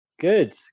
Good